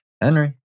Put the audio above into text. Henry